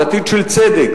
על עתיד של צדק,